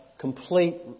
complete